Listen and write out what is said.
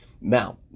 Now